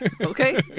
Okay